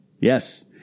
yes